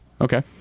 Okay